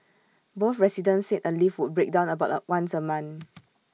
both residents said A lift would break down about once A month